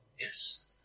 Yes